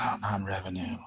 non-revenue